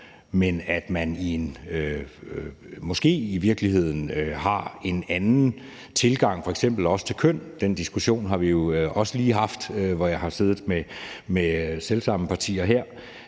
man i en moské i virkeligheden har en anden tilgang, f.eks. også til køn – den diskussion har vi jo også lige haft i forhold til ligestilling